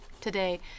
today